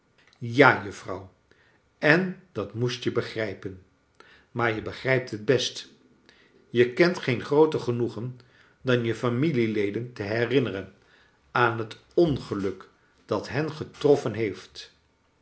ja juffrouw en dat moest je bsgrijpen maar je begrijpt het best je kent geen grooter genoegen dan je familieleden te herinneren aan het ongeluk dat hen getroffen heeft